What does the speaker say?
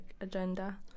agenda